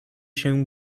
się